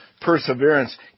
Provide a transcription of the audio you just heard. perseverance